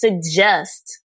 suggest